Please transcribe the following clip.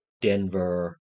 Denver